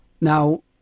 Now